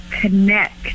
connect